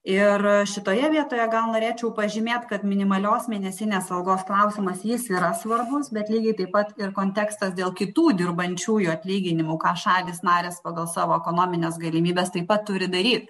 ir šitoje vietoje gal norėčiau pažymėt kad minimalios mėnesinės algos klausimas jis yra svarbus bet lygiai taip pat ir kontekstas dėl kitų dirbančiųjų atlyginimų ką šalys narės pagal savo ekonomines galimybes taip pat turi daryt